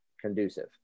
conducive